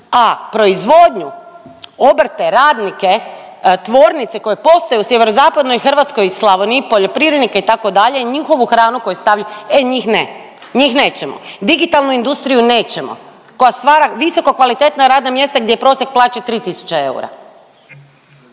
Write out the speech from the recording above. a proizvodnju, obrte, radnike, tvornice koje postoje u sjeverozapadnoj Hrvatskoj i Slavoniji, poljoprivrednike itd. njihovu hranu koju stavi, e njih ne, njih nećemo. Digitalnu industriju nećemo koja stvara visoko kvalitetna radna mjesta gdje je prosjek plaće 3000 eura.